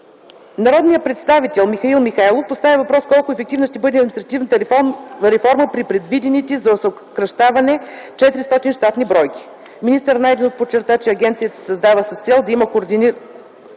Народният представител Михаил Михайлов постави въпрос доколко ефективна ще бъде административната реформа при предвидените за съкращаване 400 щатни бройки. Министър Найденов подчерта, че агенцията се създава с цел да има координиран